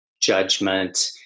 judgment